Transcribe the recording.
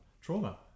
trauma